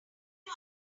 who